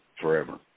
forever